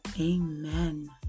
amen